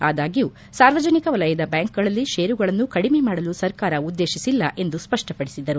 ಅದಾಗ್ಯೂ ಸಾರ್ವಜನಿಕ ವಲಯದ ಬ್ಯಾಂಕ್ಗಳಲ್ಲಿ ಶೇರುಗಳನ್ನು ಕಡಿಮೆ ಮಾಡಲು ಸರ್ಕಾರ ಉದ್ವೇಶಿಸಿಲ್ಲ ಎಂದು ಅವರು ಸ್ಪಷ್ಟಪಡಿಸಿದರು